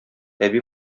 әби